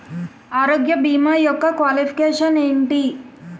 ఆరోగ్య భీమా యెక్క క్వాలిఫికేషన్ ఎంటి?